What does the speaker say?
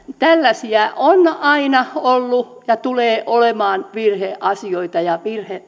tällaisia on aina ollut ja tulee olemaan virheasioita ja